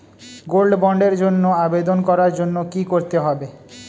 Gold বন্ডের জন্য আবেদন করার জন্য কি করতে হবে?